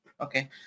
Okay